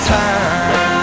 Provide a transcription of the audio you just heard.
time